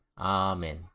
Amen